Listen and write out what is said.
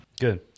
Good